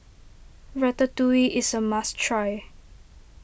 Ratatouille is a must try